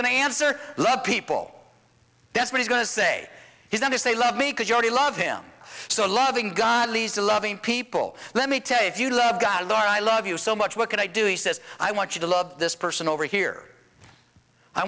to answer love people that's what he's going to say he's going to say love me because you already love him so loving god leads to loving people let me tell you if you love god or i love you so much what can i do he says i want you to love this person over here i